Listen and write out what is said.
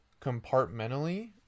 compartmentally